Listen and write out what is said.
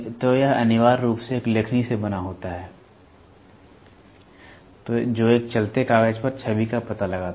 तो यह अनिवार्य रूप से एक लेखनी से बना होता है जो एक चलते कागज पर छवि का पता लगाता है